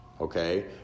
Okay